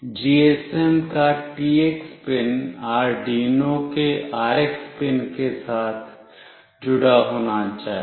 GSM का TX pin Arduino के RX pin के साथ जुड़ा होना चाहिए